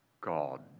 God